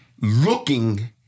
looking